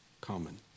common